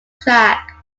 track